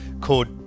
called